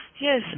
Yes